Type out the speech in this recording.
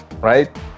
Right